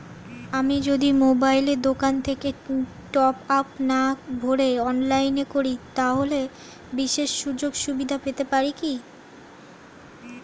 আমি যদি মোবাইলের দোকান থেকে টপআপ না ভরে অনলাইনে করি তাহলে বিশেষ সুযোগসুবিধা পেতে পারি কি?